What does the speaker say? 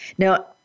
Now